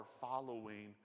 following